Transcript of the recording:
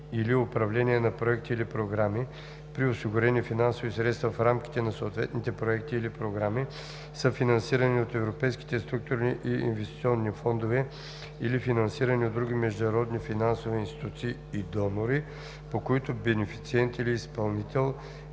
и/или управление на проекти или програми –при осигурени финансови средства в рамките на съответните проекти или програми, съфинансирани от Европейските структурни и инвестиционни фондове или финансирани от други международни финансови институции и донори, по които бенефициент или изпълнител